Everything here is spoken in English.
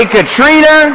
Katrina